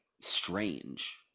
strange